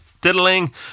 Diddling